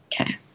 Okay